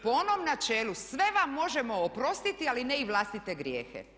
Po onom na čelu sve vam možemo oprostiti ali ne i vlastite grijehe.